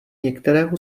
některého